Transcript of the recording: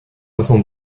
vincent